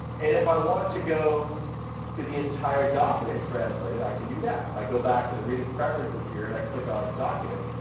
and if i want to go to the entire document translated, i can do that. that. if i go back to the reading preferences here and i click on document,